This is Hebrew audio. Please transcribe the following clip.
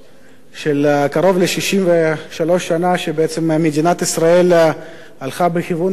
קרוב ל-63 שנה שבעצם מדינת ישראל הלכה בכיוון מסוים,